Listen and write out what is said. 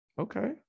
Okay